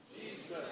Jesus